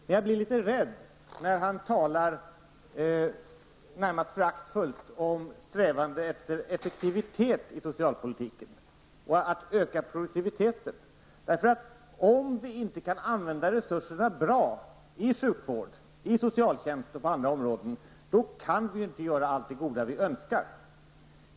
Men jag blir litet rädd när han närmast föraktfullt talar om strävanden efter effektivitet i socialpolitiken och om att öka produktiviteten. Om vi inte kan använda resurserna bra i sjukvård, i socialtjänst och på andra områden, kan vi inte göra allt det goda vi önskar.